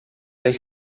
del